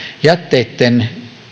jätteitten